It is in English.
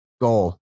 goal